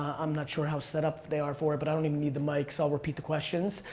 i'm not sure how set up they are for it, but i don't even need the mic, so i'll repeat the questions.